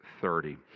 thirty